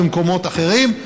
במקומות אחרים,